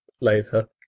Later